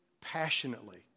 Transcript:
passionately